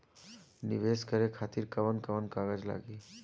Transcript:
नीवेश करे खातिर कवन कवन कागज लागि?